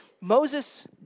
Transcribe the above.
Moses